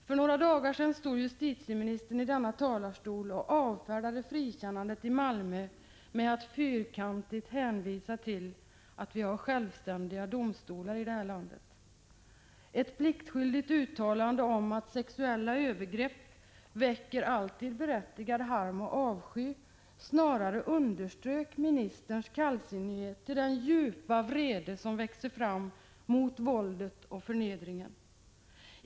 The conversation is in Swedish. För några dagar sedan stod justitieministern i denna talarstol och avfärdade frikännandet i Malmö med att så att säga fyrkantigt hänvisa till att vi har självständiga domstolar i det här landet. Ett pliktskyldigt uttalande om att ”sexuella övergrepp alltid väcker berättigad harm och avsky” snarare underströk ministerns kallsinnighet när det gäller den djupa vrede som växer fram mot våldet och förnedringen.